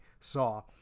saw